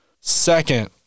Second